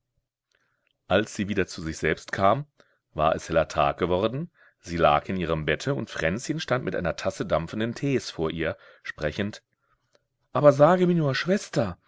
als sie wieder zu sich selbst kam war es heller tag geworden sie lag in ihrem bette und fränzchen stand mit einer tasse dampfenden tees vor ihr sprechend aber sage mir nur schwester